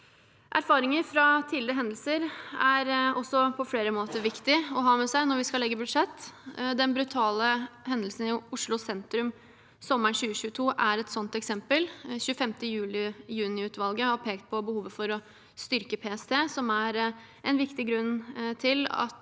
Erfaringer fra tidligere hendelser er også på flere måter viktig å ha med seg når vi skal legge budsjett. Den brutale hendelsen i Oslo sentrum sommeren 2022 er et slikt eksempel. 25. juni- utvalget pekte på behovet for å styrke PST, som er en viktig grunn til at